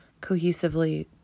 cohesively